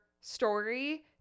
story